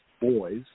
boys